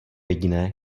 jediné